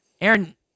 Aaron